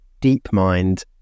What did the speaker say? DeepMind